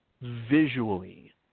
visually